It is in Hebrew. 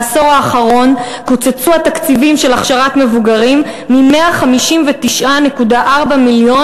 בעשור האחרון קוצצו התקציבים של הכשרת מבוגרים מ-159.4 מיליון